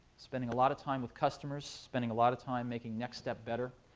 spending a lot of time with customers, spending a lot of time making nextstep better,